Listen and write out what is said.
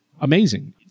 amazing